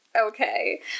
Okay